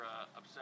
upset